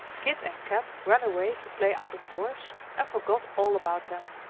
kit and kat ran away to play out of doors and forgot all about them.